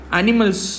animals